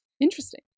Interesting